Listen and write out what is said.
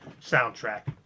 soundtrack